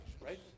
right